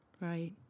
Right